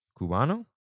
Cubano